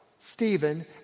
Stephen